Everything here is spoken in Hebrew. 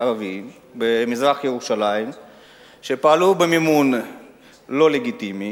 ערביים במזרח-ירושלים שפעלו במימון לא לגיטימי,